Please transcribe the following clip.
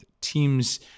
teams